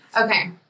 Okay